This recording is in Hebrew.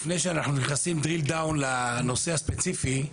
לפני שאנחנו צוללים לנושא הספציפי,